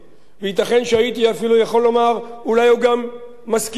ייתכן שהייתי אפילו יכול לומר שאולי הוא גם מסכים אתי.